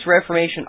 Reformation